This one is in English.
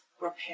repair